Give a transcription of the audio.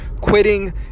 quitting